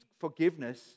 forgiveness